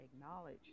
acknowledge